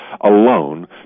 alone